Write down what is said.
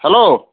hello